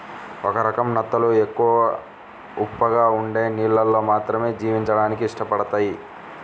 ఒక రకం నత్తలు ఎక్కువ ఉప్పగా ఉండే నీళ్ళల్లో మాత్రమే జీవించడానికి ఇష్టపడతయ్